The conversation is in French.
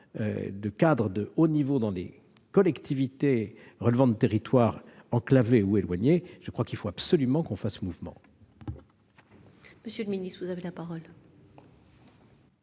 de cadres de haut niveau dans les collectivités relevant de territoires enclavés ou éloignés, je crois qu'il nous faut absolument faire mouvement.